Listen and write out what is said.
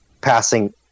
passing